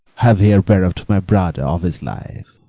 have here bereft my brother of his life.